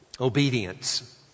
obedience